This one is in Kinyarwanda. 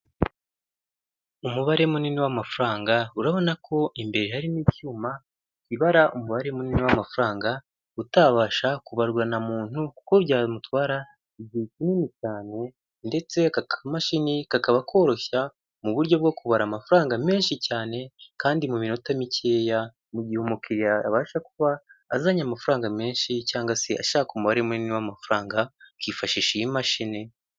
Umubare munini w'amafaranga urabona ko imbere hariho icyuma kibara umubare munini w'amafaranga utabasha kubarwa na muntu kuko byamutwara igihe kinini cyane ndetse aka kamashini kakaba koroshya mu buryo bwo kubara amafaranga menshi cyane kandi mu minota mikeya mu gihe umukiriya yabasha kuba azanye amafaranga menshi cyangwa se ashaka umubare munini w'amafaranga bakifashisha iyi mashini.